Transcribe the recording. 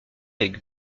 avec